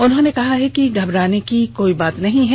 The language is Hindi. उन्होंने कहा है कि घबराने की कोई बात नहीं है